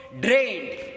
drained